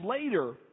later